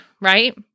right